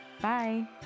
Bye